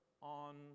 on